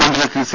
മണ്ഡലത്തിൽ സി